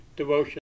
devotion